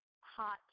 hot